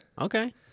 Okay